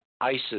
Isis